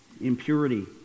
impurity